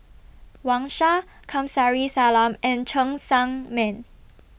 Wang Sha Kamsari Salam and Cheng Tsang Man